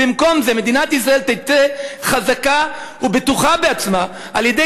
במקום זה מדינת ישראל תצא חזקה ובטוחה בעצמה על-ידי